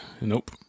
Nope